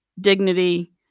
dignity